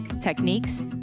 techniques